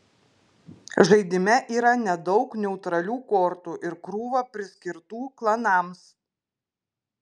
žaidime yra nedaug neutralių kortų ir krūva priskirtų klanams